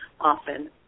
often